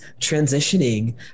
transitioning